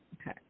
Okay